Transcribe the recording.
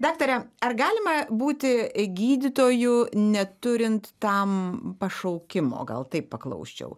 daktare ar galima būti gydytoju neturint tam pašaukimo gal taip paklausčiau